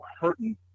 hurting